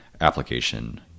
application